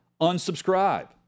unsubscribe